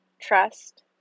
Trust